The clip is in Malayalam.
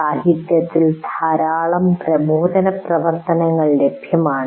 സാഹിത്യത്തിൽ ധാരാളം പ്രബോധനപ്രവർത്തനങ്ങൾ ലഭ്യമാണ്